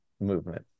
movement